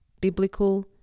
biblical